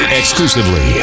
exclusively